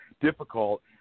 difficult